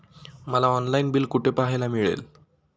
मला online bill कुठे पाहायला मिळेल?